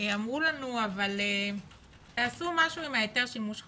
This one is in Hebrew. אמרו לנו אבל תעשו משהו עם ההיתר של שימוש חורג.